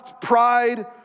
pride